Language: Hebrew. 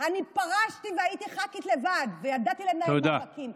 אני פרשתי והייתי ח"כית לבד וידעתי לנהל מאבקים.